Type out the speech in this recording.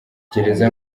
gereza